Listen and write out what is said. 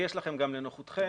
לנוחותכם,